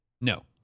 No